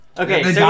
Okay